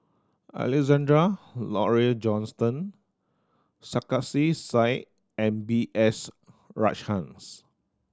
Alexander Laurie Johnston Sarkasi Said and B S Rajhans